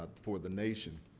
but for the nation.